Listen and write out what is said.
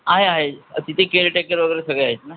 आहे आहे तिथे केरटेकर वगैरे सगळे आहेत ना